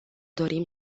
dorim